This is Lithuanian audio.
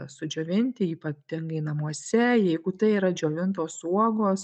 sudžiovinti ypatingai namuose jeigu tai yra džiovintos uogos